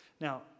Now